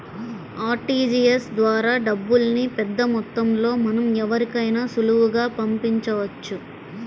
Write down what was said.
RTGS ద్వారా డబ్బుల్ని పెద్దమొత్తంలో మనం ఎవరికైనా సులువుగా పంపించవచ్చు